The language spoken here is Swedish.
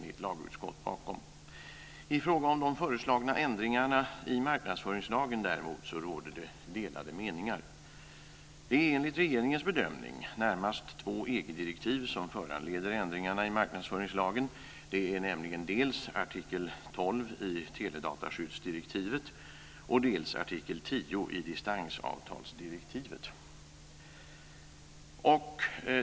I fråga om de föreslagna ändringarna i marknadsföringslagen råder det däremot delade meningar. Det är enligt regeringens bedömning närmast två EG-direktiv som föranleder ändringarna i marknadsföringslagen. Det är dels artikel 12 i teledataskyddsdirektivet, dels artikel 10 i distansavtalsdirektivet.